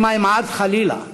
שמא אמעד חלילה,